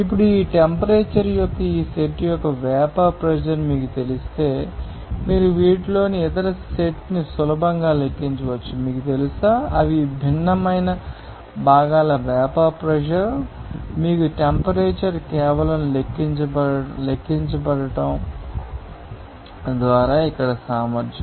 ఇప్పుడు ఈ టెంపరేచర్ యొక్క ఈ సెట్ యొక్క వేపర్ ప్రెషర్ మీకు తెలిస్తే మీరు వీటిలోని ఇతర సెట్ ని సులభంగా లెక్కించవచ్చు మీకు తెలుసా అవి భిన్నమైన భాగాల వేపర్ ప్రెషర్ మీకు టెంపరేచర్ కేవలం లెక్కించడం ద్వారా ఇక్కడ సామర్థ్యం